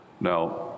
Now